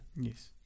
Yes